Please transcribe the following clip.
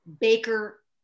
Baker